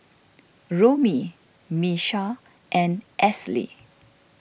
Romie Miesha and Esley